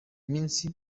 minsi